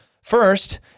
First